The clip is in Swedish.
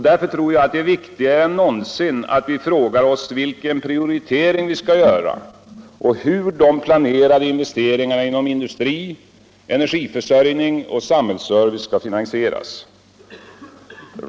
Därför tror jag, att det är viktigare än någonsin att vi frågar oss, vilken prioritering vi skall göra och hur de planerade investeringarna inom industri, energiförsörjning och samhällsservice skall finansieras.